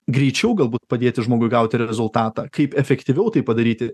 greičiau galbūt padėti žmogui gauti rezultatą kaip efektyviau tai padaryti